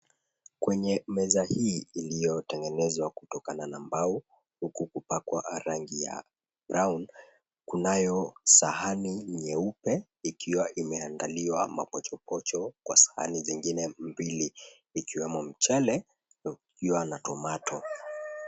Kwenye meza hii iliyotengenezwa kutokana na mbao huku kupakwa rangi ya brown kunayo sahani nyeupe ikiwa imeandaliwa mapochopocho kwa sahani zingine mbili ikiwemo mchele na ikiwa na tomato.